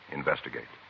investigate